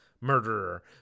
murderer